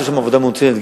עושים שם עבודה מצוינת,